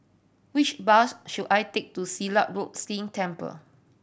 which bus should I take to Silat Road Temple